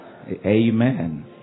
amen